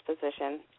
position